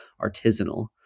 artisanal